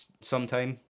sometime